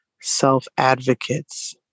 self-advocates